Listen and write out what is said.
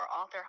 author